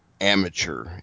amateur